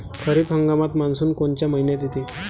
खरीप हंगामात मान्सून कोनच्या मइन्यात येते?